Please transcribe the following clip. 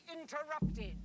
interrupted